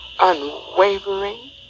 unwavering